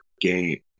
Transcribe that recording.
game